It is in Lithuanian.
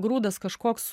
grūdas kažkoks